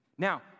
Now